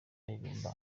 aririmba